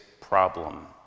problem